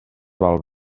val